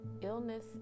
Illness